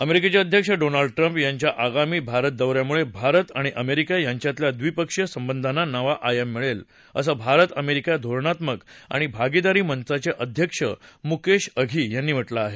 अमेरिकेचे अध्यक्ष Donald Trump यांच्या आगामी भारत दौ यामुळे भारत आणि अमेरिका यांच्यातल्या द्विपक्षीय संबंधाना नवा आयाम मिळेल असं भारत अमेरिका धोरणात्मक आणि भागिदारी मंचाचे अध्यक्ष मुकेश अघी यांनी म्हा ठिं आहे